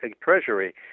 Treasury